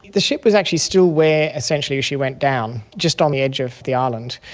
the ship was actually still where essentially she went down, just on the edge of the island,